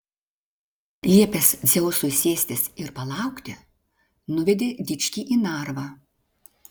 liepęs dzeusui sėstis ir palaukti nuvedė dičkį į narvą